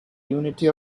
unity